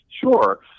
Sure